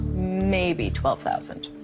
maybe twelve thousand